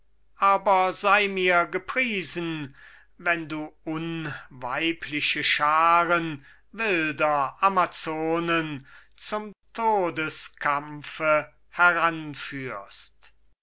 aber sei mir gepriesen wenn du unweibliche scharen wilder amazonen zum todeskampfe heranführst